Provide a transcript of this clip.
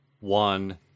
one